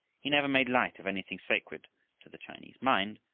he never made light of anything sacred to the chinese mind,